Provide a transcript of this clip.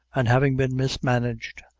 and having been mismanaged,